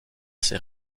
ses